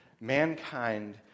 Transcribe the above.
mankind